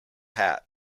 hat